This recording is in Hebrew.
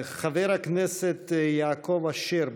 חבר הכנסת יעקב אשר,